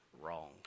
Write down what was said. wrong